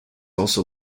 also